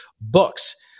books